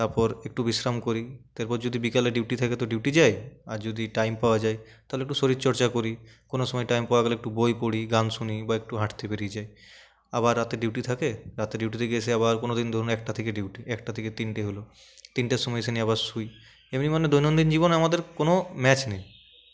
তারপর একটু বিশ্রাম করি তারপর যদি বিকালে ডিউটি থাকে তো ডিউটি যাই আর যদি টাইম পাওয়া যায় তাহলে একটু শরীরচর্চা করি কোনো সময় টাইম পাওয়া গেলে একটু বই পরি গান শুনি বা একটু হাটতে বেরিয়ে যাই আবার রাতে ডিউটি থাকে রাতে ডিউটি থেকে এসে আবার কোনদিন ধরুন একটা থেকে ডিউটি একটা থেকে তিনটে হল তিনটের সময় এসে নিয়ে আবার শুই এমনই মানে দৈনন্দিন জীবনে আমাদের কোনো ম্যাচ নেই